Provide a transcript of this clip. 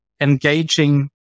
engaging